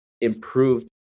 improved